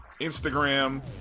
Instagram